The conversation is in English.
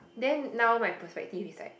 then now my perspective it's like